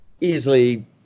easily